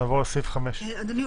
נעבור לסעיף 5. אדוני,